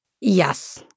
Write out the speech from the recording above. Yes